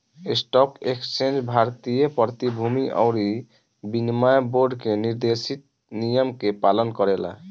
stock exchange भारतीय प्रतिभूति अउरी विनिमय बोर्ड के निर्देशित नियम के पालन करेला